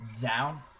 down